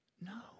no